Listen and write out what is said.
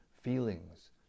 feelings